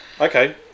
Okay